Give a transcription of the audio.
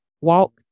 walk